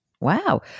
Wow